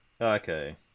Okay